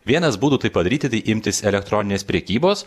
vienas būdų tai padaryti tai imtis elektroninės prekybos